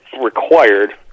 required